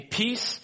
peace